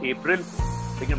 April